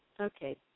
Okay